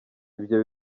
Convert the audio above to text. ibyo